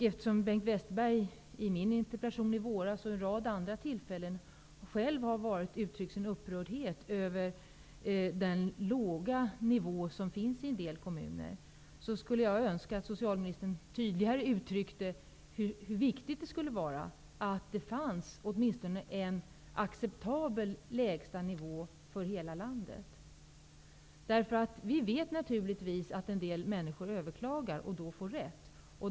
Eftersom Bengt Westerberg i svaret på min interpellation i våras -- och vid en rad andra tillfällen -- uttryckte upprördhet över den låga nivå på socialbidragen som en del kommuner har, skulle jag önska att socialministern tydligare ville uttrycka hur viktigt det är att det finns en acceptabel lägsta nivå för hela landet. Vi vet att en del människor överklagar och att de får rätt.